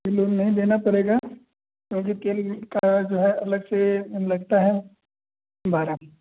तेल उल नहीं देना पड़ेगा क्योंकि तेल का जो है अलग से लगता है भाड़ा